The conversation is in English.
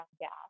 gas